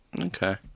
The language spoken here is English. Okay